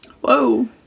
Whoa